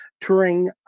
touring